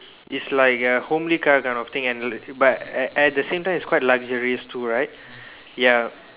it's like a homely car kind of thing and like but uh at the same time it's quite luxurious too right ya